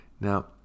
Now